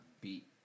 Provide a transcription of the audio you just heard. beat